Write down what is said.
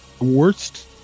worst